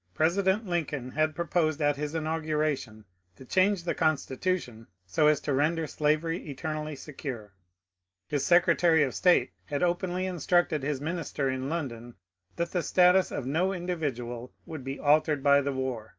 president lincoln had proposed at his inauguration to change the con stitution so as to render slavery eternally secure his secr tary of state had openly instructed his minister in london that the status of no individual would be altered by the war